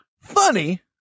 funny